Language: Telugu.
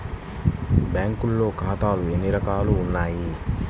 బ్యాంక్లో ఖాతాలు ఎన్ని రకాలు ఉన్నావి?